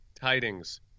tidings